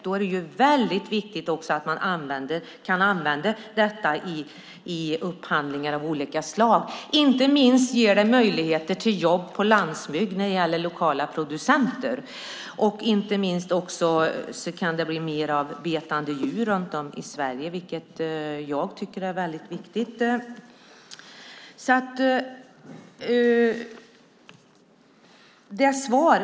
Då är det väldigt viktigt att man kan använda dem i upphandlingar av olika slag. Inte minst ger det möjligheter till jobb på landsbygd när det gäller lokala producenter. Inte minst också kan det bli mer av betande djur runt om i Sverige, vilket jag tycker är väldigt viktigt.